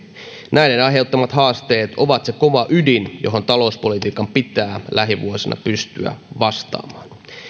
näiden aiheuttamat haasteet ovat se kova ydin johon talouspolitiikan pitää lähivuosina pystyä vastaamaan